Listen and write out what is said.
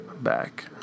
back